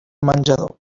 menjador